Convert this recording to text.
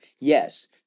Yes